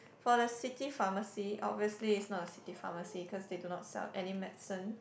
for the city pharmacy obviously is not a city pharmacy cause they do not sell any medicine